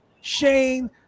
Shane